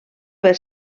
per